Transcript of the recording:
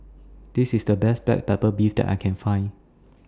This IS The Best Black Pepper Beef that I Can Find